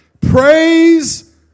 Praise